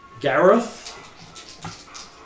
Gareth